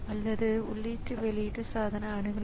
எனவே இங்கு கூடுதலாக மெமரி கண்ட்ரோலர் தேவை